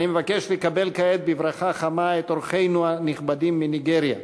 אני מבקש לקבל כעת בברכה חמה את אורחינו הנכבדים מניגריה: